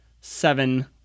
seven